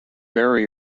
very